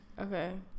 Okay